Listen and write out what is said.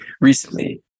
recently